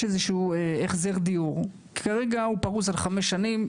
יש איזשהו החזר דיור שפרוס כרגע על חמש שנים.